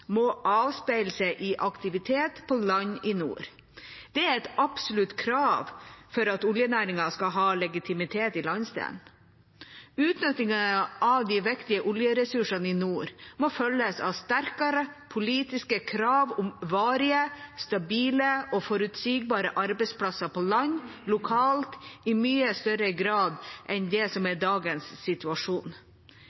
må avspeile seg i aktivitet på land i nord. Det er et absolutt krav for at oljenæringen skal ha legitimitet i landsdelen. Utnyttingen av de viktige oljeressursene i nord må følges av strengere politiske krav om varige, stabile og forutsigbare arbeidsplasser på land, lokalt, i mye større grad enn det som er